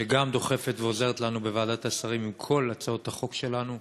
שדוחפת ועוזרת לנו בוועדת השרים עם כל הצעות החוק שלנו,